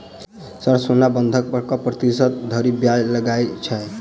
Sir सोना बंधक पर कऽ प्रतिशत धरि ब्याज लगाओल छैय?